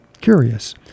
curious